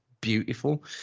beautiful